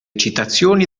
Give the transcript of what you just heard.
citazioni